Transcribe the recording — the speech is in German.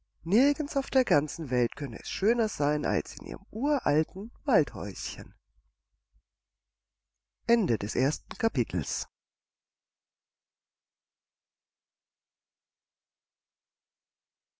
nirgends auf der ganzen welt könnte es schöner sein als in ihrem uralten waldhäuschen